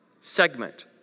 segment